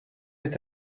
est